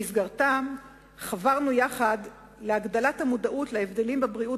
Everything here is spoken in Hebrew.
שבמסגרתה חברנו יחד להגדלת המודעות להבדלים בבריאות